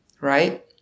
right